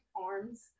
arms